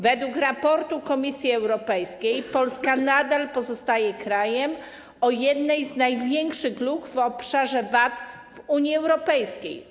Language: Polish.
Według raportu Komisji Europejskiej Polska nadal pozostaje krajem o jednej z największych luk w obszarze VAT w Unii Europejskiej.